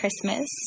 Christmas